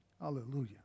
Hallelujah